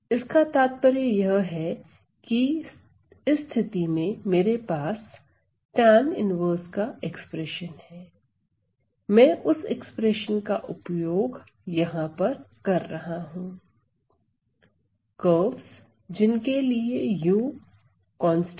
इसका तात्पर्य यह है की स्थिति में मेरे पास tan 1 का एक्सप्रेशन है मैं उस एक्सप्रेशन का उपयोग यहां पर कर रहा हूं कर्वेस जिनके लिए u कांस्टेंट